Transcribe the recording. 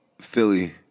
Philly